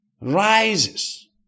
rises